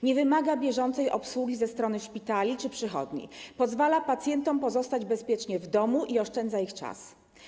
Nie wymaga on bieżącej obsługi ze strony szpitali czy przychodni, pozwala pacjentom pozostać bezpiecznie w domu i oszczędza ich czas.